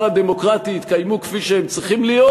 הדמוקרטי יתקיימו כפי שהם צריכים להיות,